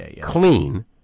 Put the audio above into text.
clean